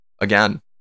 again